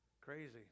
Crazy